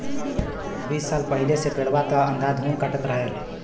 बीस साल पहिले से पेड़वा त अंधाधुन कटते रहल